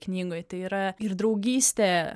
knygoj tai yra ir draugystė